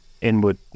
inward